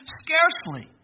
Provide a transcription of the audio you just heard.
scarcely